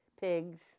pigs